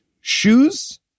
shoes